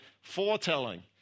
foretelling